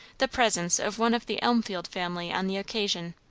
the presence of one of the elmfield family on the occasion.